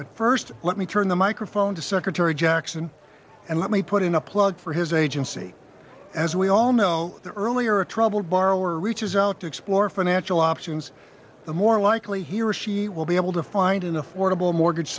but first let me turn the microphone to secretary jackson and let me put in a plug for his agency as we all know that earlier a troubled borrower reaches out to explore financial options the more likely he or she will be able to find an affordable mortgage